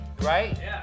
Right